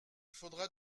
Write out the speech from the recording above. faudra